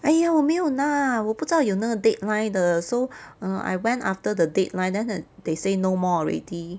!aiya! 我没有拿我不知道有那个 deadline 的 so err I went after the deadline then they say no more already